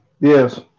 Yes